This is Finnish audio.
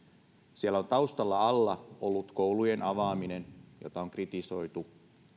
siellä on taustalla ollut koulujen avaaminen jota on kritisoitu